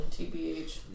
tbh